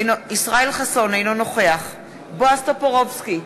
אינו נוכח בועז טופורובסקי,